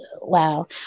wow